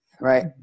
right